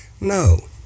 No